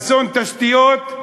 אסון תשתיות,